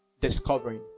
discovering